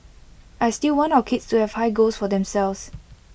I still want our kids to have high goals for themselves